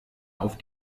auf